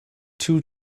two